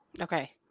Okay